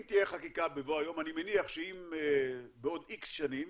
אם תהיה חקיקה בבוא היום, אני מניח שבעוד X שנים